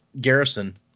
garrison